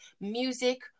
music